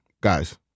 guys